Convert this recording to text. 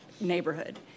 neighborhood